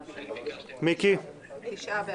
תשעה.